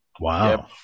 Wow